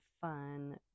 fun